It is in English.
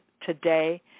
today